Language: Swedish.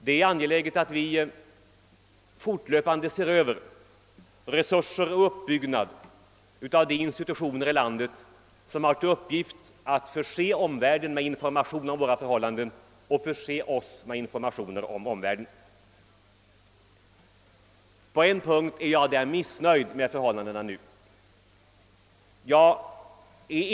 Det är angeläget att vi fortlöpande ser över resurser och uppbyggnad av de institutioner i landet som har till uppgift att förse omvärlden med information om våra förhållanden och förse oss med informationer om omvärlden. På en punkt är jag där missnöjd med förhållandena nu.